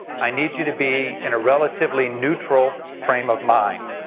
i need you to be in a relatively neutral frame of mind.